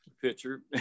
pitcher